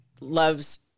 loves